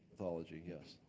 pathology, yes.